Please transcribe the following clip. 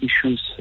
issues